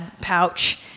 pouch